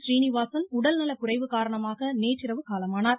ஸ்ரீனிவாசன் உடல்நலக்குறைவு காரணமாக நேற்றிரவு காலமானார்